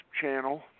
channel